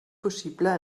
possible